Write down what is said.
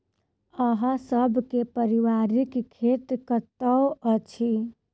अहाँ सब के पारिवारिक खेत कतौ अछि?